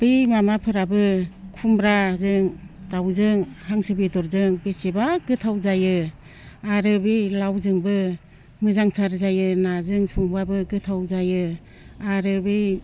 बै माबाफोराबो खुमब्राजों दाउजों हांसो बेदरजों बेसेबा गोथाव जायो आरो बे लावजोंबो मोजांथार जायो नाजों संबाबो गोथाव जायो आरो बै